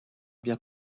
via